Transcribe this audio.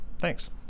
Thanks